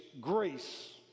grace